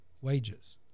wages